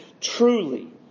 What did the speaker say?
truly